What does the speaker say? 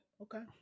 Okay